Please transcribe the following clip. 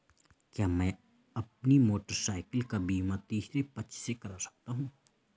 क्या मैं अपनी मोटरसाइकिल का बीमा तीसरे पक्ष से करा सकता हूँ?